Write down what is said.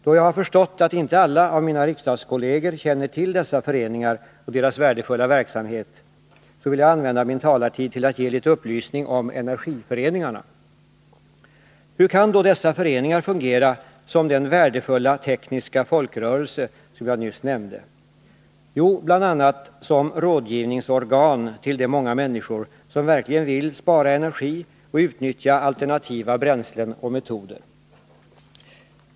Då jag har förstått att inte alla av mina riksdagskolleger känner till dessa föreningar och deras värdefulla verksmhet, så vill jag använda min talartid till att ge litet upplysning om energiföreningarna. Hur kan då dessa föreningar fungera som den värdefulla tekniska folkrörelse som jag nyss nämnde? Jo, bl.a. som rådgivningsorgan till de många människor som verkligen vill spara energi och utnyttja alternativa bränslen och metoder.